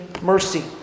mercy